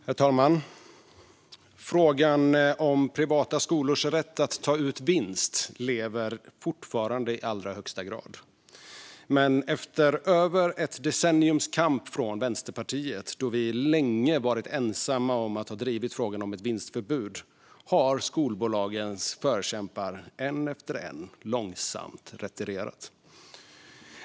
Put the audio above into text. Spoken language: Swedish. Herr talman! Frågan om privata skolors rätt att ta ut vinst lever fortfarande i allra högsta grad. Men efter över ett decenniums kamp från Vänsterpartiets sida, då vi länge ensamma drivit frågan om ett vinstförbud, har skolbolagens förkämpar till slut, en efter en, långsamt retirerat.